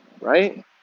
right